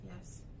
yes